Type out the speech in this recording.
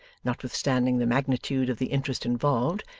notwithstanding the magnitude of the interests involved,